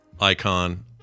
icon